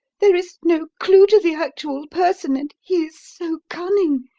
there is no clue to the actual person and he is so cunning,